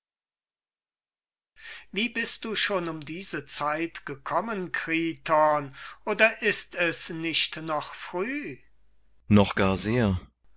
wie bist du schon um diese zeit gekommen kriton oder ist es nicht noch früh kriton noch gar sehr